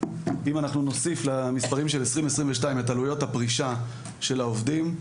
אם אנחנו נוסיף למספרים של 2022 את עלויות הפרישה של העובדים,